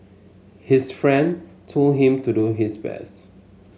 his friend told him to do his best